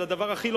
זה הדבר הכי,